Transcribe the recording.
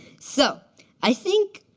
so i think